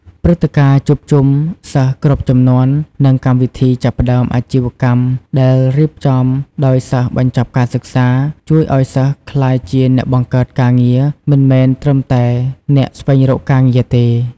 ព្រឹត្តិការណ៍ជួបជុំសិស្សគ្រប់ជំនាន់ និងកម្មវិធីចាប់ផ្តើមអាជីវកម្មដែលរៀបចំដោយសិស្សបញ្ចប់ការសិក្សា ជួយឲ្យសិស្សក្លាយជាអ្នកបង្កើតការងារ មិនមែនត្រឹមតែអ្នកស្វែងរកការងារទេ។